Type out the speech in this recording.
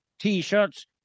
t-shirts